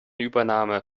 übernahme